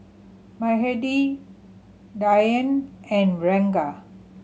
Mahade Dhyan and Ranga